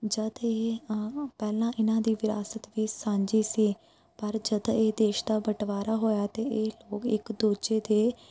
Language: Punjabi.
ਜਦ ਇਹ ਪਹਿਲਾਂ ਇਹਨਾਂ ਦੀ ਵਿਰਾਸਤ ਵੀ ਸਾਂਝੀ ਸੀ ਪਰ ਜਦ ਇਹ ਦੇਸ਼ ਦਾ ਬਟਵਾਰਾ ਹੋਇਆ ਅਤੇ ਇਹ ਲੋਕ ਇੱਕ ਦੂਜੇ ਦੇ